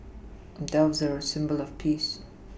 doves are a symbol of peace